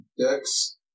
dex